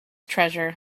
treasure